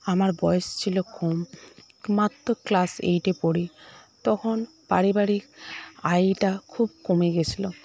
আমার বয়স ছিল কম মাত্র ক্লাস এইটে পড়ি তখন পারিবারিক আয়টা খুব কমে গেছিল